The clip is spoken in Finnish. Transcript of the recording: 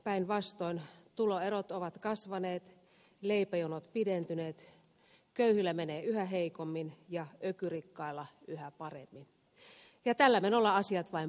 päinvastoin tuloerot ovat kasvaneet leipäjonot pidentyneet köyhillä menee yhä heikommin ja ökyrikkailla yhä paremmin ja tällä menolla asiat vain pahenevat